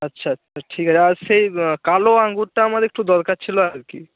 আছা ঠিক আছে আর সেই কালো আঙুরটা আমার একটু দরকার ছিল আর কি